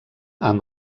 amb